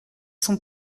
sont